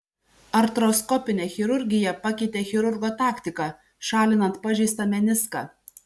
artroskopinė chirurgija pakeitė chirurgo taktiką šalinant pažeistą meniską